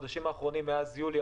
מאז יולי,